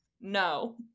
No